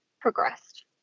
progressed